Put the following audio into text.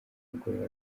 mugoroba